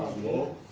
war.